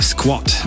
Squat